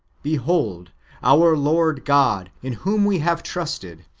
behold our lord god, in whom we have trusted,